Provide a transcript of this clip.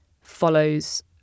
follows